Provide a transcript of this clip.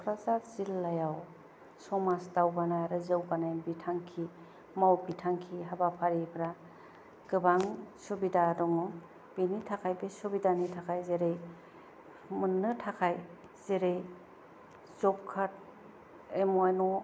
क'क्राझार जिल्लायाव समाज दावगानाय आरो जौगानायनि बिथांखि मावबिथांखि हाबाफारिफ्रा गोबां सुबिदा दङ बेनि थाखाय बे सुबिदानि थााखाय जेरै मोननो थाखाय जेरै job card I A Y न'